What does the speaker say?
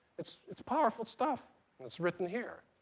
it's it's powerful stuff and it's written here.